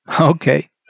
Okay